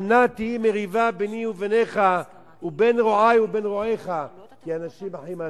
אל נא תהי מריבה ביני ובינך ובין רועי ובין רועיך כי אנשים אחים אנחנו.